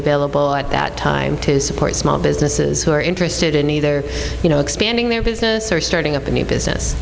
available at that time to support small businesses who are interested in either you know expanding their business or starting up a new business